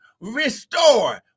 restore